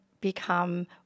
become